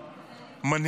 התגובות,